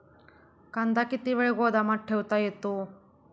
कांदा किती वेळ गोदामात ठेवता येतो?